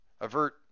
avert